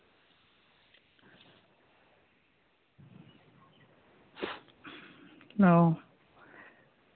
ᱚᱸᱻ